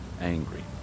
angry